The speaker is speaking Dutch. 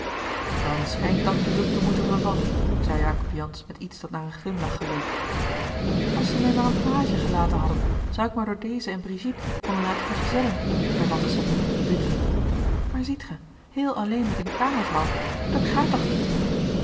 dan schijnt dat bezoek te moeten vervallen zeî jacob jansz met iets dat naar een glimlach geleek als ze mij maar een page gelaten hadden zou ik mij door dezen en brigitte konnen laten vergezellen hervatte sabina verdrietelijk maar ziet gij heel alleen met eene kamervrouw dat gaat toch niet